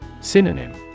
Synonym